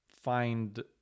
find